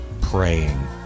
praying